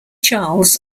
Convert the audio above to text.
charles